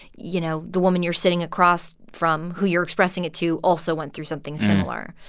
you know, the woman you're sitting across from who you're expressing it to also went through something similar.